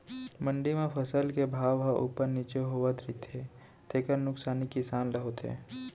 मंडी म फसल के भाव ह उप्पर नीचे होवत रहिथे तेखर नुकसानी किसान ल होथे